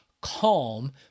calm